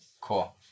Cool